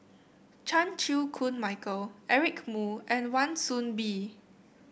Chan Chew Koon Michael Eric Moo and Wan Soon Bee